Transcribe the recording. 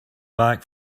back